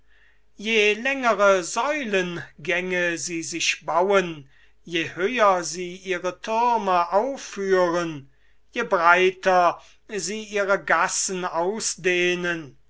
je längere säulengänge sie sich bauen je höher sie ihre thürme aufführen je breiter sie ihre gassen ausdehnen